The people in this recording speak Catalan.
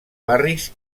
barris